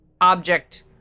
object